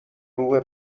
گروه